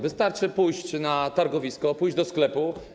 Wystarczy pójść na targowisko, pójść do sklepu.